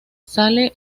sale